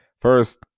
First